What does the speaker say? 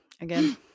again